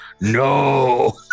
no